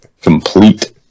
Complete